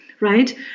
right